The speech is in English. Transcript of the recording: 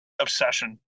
obsession